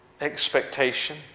expectation